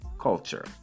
culture